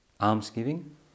almsgiving